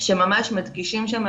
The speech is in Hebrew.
שממש מדגישים שם,